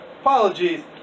Apologies